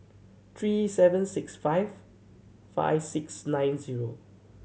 three seven six five five six nine zero